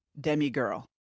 Demi-girl